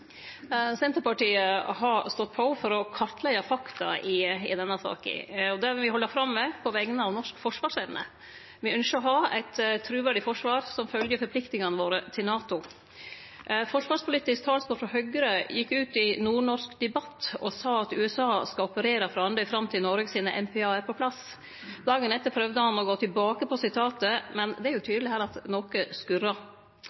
Senterpartiet har stått på for å kartleggje fakta i denne saka. Det vil me halde fram med på vegner av norsk forsvarsevne. Me ønskjer å ha eit truverdig forsvar som følgjer forpliktingane våre til NATO. Forsvarspolitisk talsmann frå Høgre gjekk ut i Nordnorsk debatt og sa at USA skal operere frå Andøya fram til Noreg sine MPA-ar er på plass. Dagen etter prøvde han å gå tilbake på utsegna, men det er